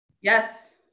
yes